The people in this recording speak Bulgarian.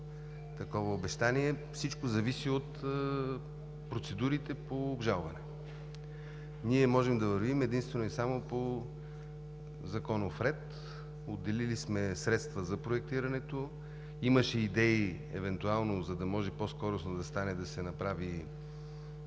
такова обещание. Всичко зависи от процедурите по обжалване. Ние можем да вървим единствено и само по законов ред. Отделили сме средства за проектирането. Имаше идеи, евентуално, за да може да стане по-скоро, да се направи